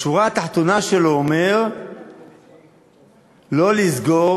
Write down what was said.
בשורה התחתונה שלו, אומר לא לסגור